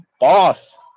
boss